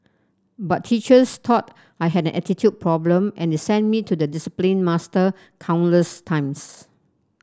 but teachers thought I had an attitude problem and they sent me to the discipline master countless times